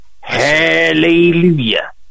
Hallelujah